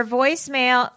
voicemail